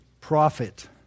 profit